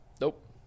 Nope